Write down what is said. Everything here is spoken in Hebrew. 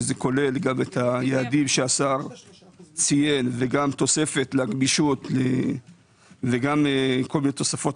שזה כולל את היעדים שהשר ציין וגם תוספת וכל מיני תוספות